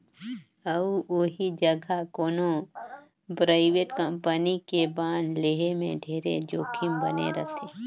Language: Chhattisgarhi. अउ ओही जघा कोनो परइवेट कंपनी के बांड लेहे में ढेरे जोखिम बने रथे